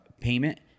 payment